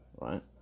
Right